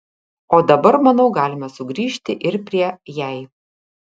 o dabar manau galime sugrįžti ir prie jei